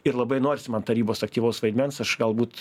ir labai norisi man tarybos aktyvaus vaidmens aš galbūt